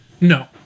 No